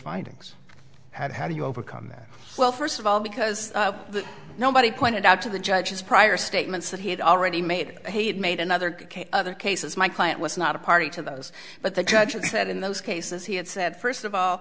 findings had how do you overcome that well first of all because nobody pointed out to the judges prior statements that he had already made he had made another other cases my client was not a party to those but the judge said in those cases he had said first of all